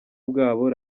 bwabo